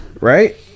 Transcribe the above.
right